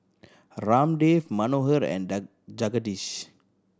Ramdev Manohar and Jagadish